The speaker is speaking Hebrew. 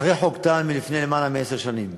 אחרי שנחקק חוק טל, לפני למעלה מעשר שנים.